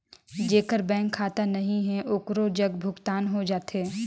जेकर बैंक खाता नहीं है ओकरो जग भुगतान हो जाथे?